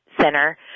Center